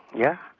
yeah.